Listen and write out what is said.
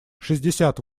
шестьдесят